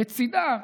בצידה,